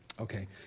Okay